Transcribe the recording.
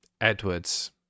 Edwards